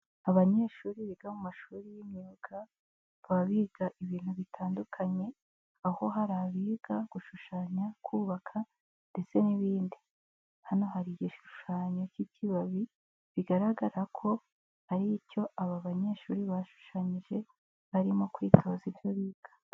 Abanyeshuri biga mu mashuri y'imyuga bakaba biga ibintu bitandukanye, aho hari abiga gushushanya, kubaka ndetse n'ibindi, hano hari igishushanyo k'ikibabi bigaragara ko ari icyo aba banyeshuri bashushanyije barimo kwitoza ibyo biga.